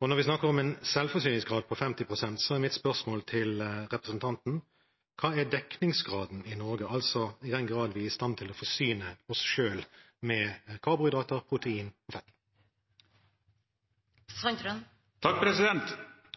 Og når vi snakker om en selvforsyningsgrad på 50 pst., er mitt spørsmål til representanten: Hva er dekningsgraden i Norge, altså i hvilken grad vi er i stand til å forsyne oss selv med karbohydrater, proteiner og fett?